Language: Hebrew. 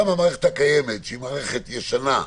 המערכת הקיימת היא מערכת ישנה,